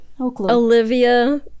Olivia